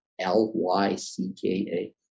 L-Y-C-K-A